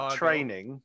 training